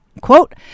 quote